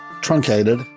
truncated